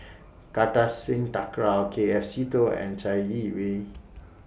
Kartar Singh Thakral K F Seetoh and Chai Yee Wei